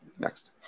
Next